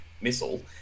missile